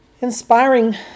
inspiring